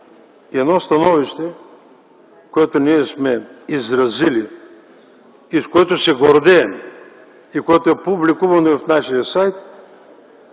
Едно становище, което сме изразили и с което се гордеем, което е публикувано в нашия сайт,